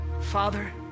Father